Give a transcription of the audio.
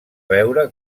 veure